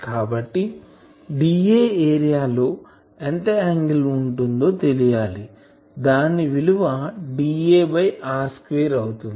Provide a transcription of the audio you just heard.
కాబట్టి dA area లో ఎంత యాంగిల్ ఉంటుందో తెలియాలి దాని విలువ dA r 2 అవుతుంది